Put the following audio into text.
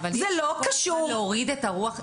אי-אפשר כל הזמן להוריד את הרוח.